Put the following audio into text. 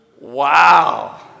wow